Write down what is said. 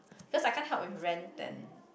just I can't help with rental